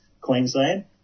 Queensland